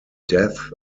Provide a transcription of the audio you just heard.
death